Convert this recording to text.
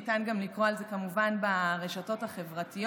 ניתן גם לקרוא על זה כמובן ברשתות החברתיות.